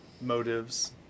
motives